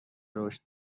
رشد